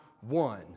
one